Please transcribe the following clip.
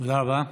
תודה רבה.